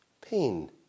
pain